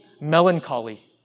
melancholy